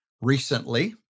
recently